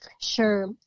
Sure